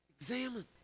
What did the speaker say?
Examine